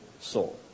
soul